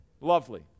lovely